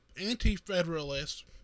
Anti-Federalists